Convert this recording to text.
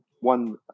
one